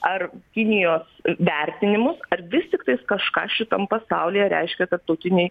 ar kinijos vertinimus ar vis tiktais kažką šitam pasaulyje reiškia tarptautiniai